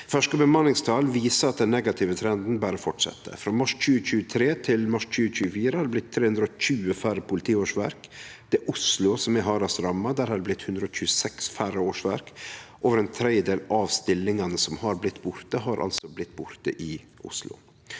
Ferske bemanningstal viser at den negative trenden berre fortset. Frå mars 2023 til mars 2024 har det blitt 320 færre politiårsverk. Det er Oslo som er hardast ramma. Der har det blitt 126 færre årsverk. Over ein tredjedel av stillingane som har blitt borte, har altså blitt borte i Oslo.